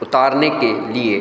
उतारने के लिए